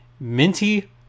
Minty